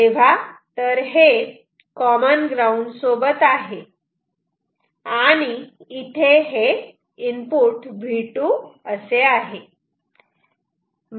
तेव्हा हे common ground सोबत आहे आणि इथे हे V2 आहे